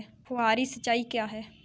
फुहारी सिंचाई क्या है?